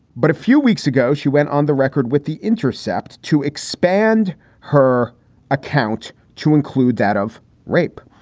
but a few weeks ago, she went on the record with the intercept to expand her account to include that of rape.